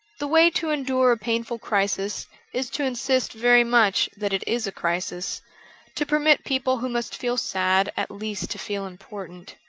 the way to endure a painful crisis is to insist very much that it is a crisis to permit people who must feel sad at least to feel important.